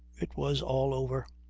it was all over!